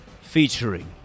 featuring